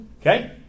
Okay